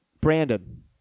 Brandon